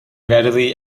readily